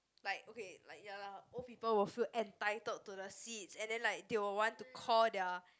like okay like ya lah old people will feel entitled to the seats and then like they will want to call their